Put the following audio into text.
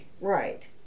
right